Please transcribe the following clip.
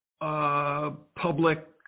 public